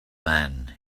man